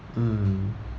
mm